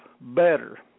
better